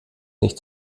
nicht